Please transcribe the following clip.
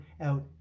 out